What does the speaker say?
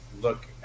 look